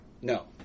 No